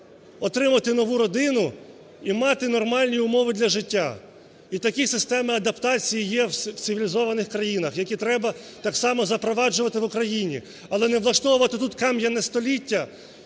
отримати нову родину і мати нормальні умови для життя? І такі системи адаптації є в цивілізованих країнах, які треба так само запроваджувати в Україні, але не влаштовувати тут кам'яне століття